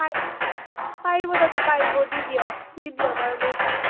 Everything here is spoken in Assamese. পাৰি পাৰিব দাদা পাৰিব দি দিয়ক দি দিয়ক আৰু লৈ যাওঁ